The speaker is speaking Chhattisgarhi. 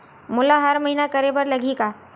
मोला हर महीना करे बर लगही का?